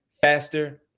faster